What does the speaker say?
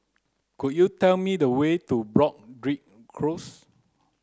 could you tell me the way to Broadrick Close